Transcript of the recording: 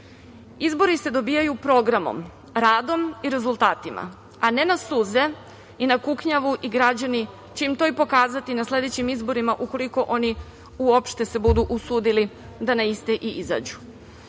glas. Izbori se dobijaju programom, radom i rezultatima, a ne na suze i na kuknjavu i građani će im to i pokazati na sledećim izborima, ukoliko oni uopšte se budu usudili da na iste i izađu. Borba